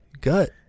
gut